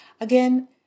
Again